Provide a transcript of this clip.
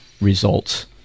results